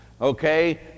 okay